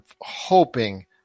hoping